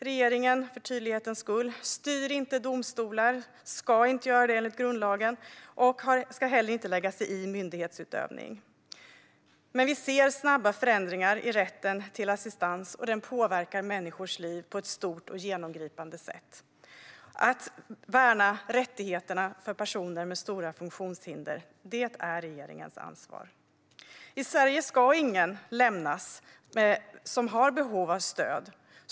Regeringen - för tydlighetens skull - styr inte domstolar, ska inte göra det enligt grundlagen, och ska heller inte lägga sig i myndighetsutövning. Men vi ser snabba förändringar i rätten till assistans, och den påverkar människors liv på ett genomgripande sätt. Att värna rättigheterna för personer med stora funktionshinder är regeringens ansvar. I Sverige ska ingen lämnas som har behov av stöd.